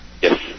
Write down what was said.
yes